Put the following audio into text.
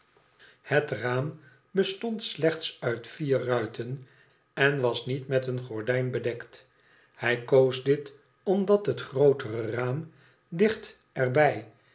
het raam bestond slechts uit vier ruiten en was niet met een gordijn bedekt hij koos dit omdat het grootere raam dicht er